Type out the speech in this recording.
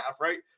right